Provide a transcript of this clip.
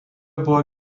buvo